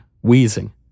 wheezing